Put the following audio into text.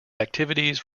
activities